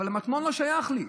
אבל המטמון לא שייך לי,